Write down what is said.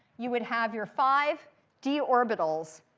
you would have your five d orbitals,